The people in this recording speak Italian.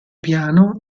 piano